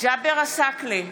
ג'אבר עסאקלה,